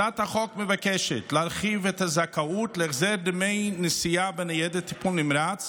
הצעת החוק מבקשת להרחיב את הזכאות להחזר דמי נסיעה בניידת טיפול נמרץ